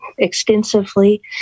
Extensively